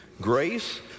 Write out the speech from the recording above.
Grace